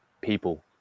people